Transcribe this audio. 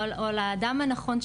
או על האדם הנכון,